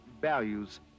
values